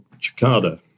Chicada